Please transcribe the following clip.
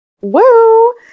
Woo